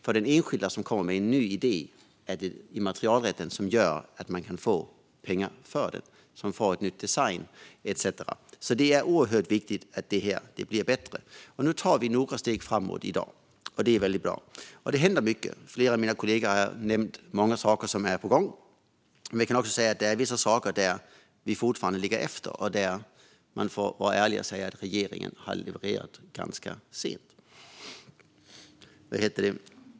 För den enskilda som kommer med en ny idé är det immaterialrätten som gör att man kan få pengar för sin idé, en ny design etcetera. Det är alltså oerhört viktigt att det här blir bättre. I dag tar vi några steg framåt, och det är väldigt bra. Det händer mycket. Flera av mina kollegor har nämnt många saker som är på gång. Vi kan också säga att det finns vissa saker där vi fortfarande ligger efter. Där får vi vara ärliga och säga att regeringen har levererat ganska sent.